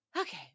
Okay